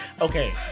okay